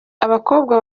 abakobwa